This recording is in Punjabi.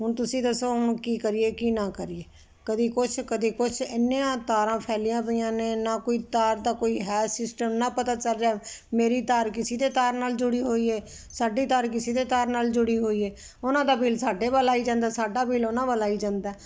ਹੁਣ ਤੁਸੀਂ ਦੱਸੋ ਹੁਣ ਕੀ ਕਰੀਏ ਕੀ ਨਾ ਕਰੀਏ ਕਦੀ ਕੁਛ ਕਦੀ ਕੁਛ ਇੰਨੀਆਂ ਤਾਰਾਂ ਫੈਲੀਆਂ ਪਈਆਂ ਨੇ ਨਾ ਕੋਈ ਤਾਰ ਦਾ ਕੋਈ ਹੈ ਸਿਸਟਮ ਨਾ ਪਤਾ ਚੱਲ ਰਿਹਾ ਮੇਰੀ ਤਾਰ ਕਿਸੀ ਦੇ ਤਾਰ ਨਾਲ ਜੁੜੀ ਹੋਈ ਹੈ ਸਾਡੀ ਤਾਰ ਕਿਸੇ ਦੇ ਤਾਰ ਨਾਲ ਜੁੜੀ ਹੋਈ ਹੈ ਉਹਨਾਂ ਦਾ ਬਿਲ ਸਾਡੇ ਵੱਲ ਆਈ ਜਾਂਦਾ ਸਾਡਾ ਬਿਲ ਉਹਨਾਂ ਵੱਲ ਆਈ ਜਾਂਦਾ